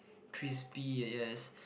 crispy ya yes